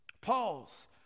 Pause